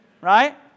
Right